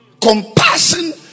compassion